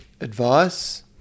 advice